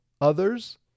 others